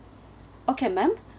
okay ma'am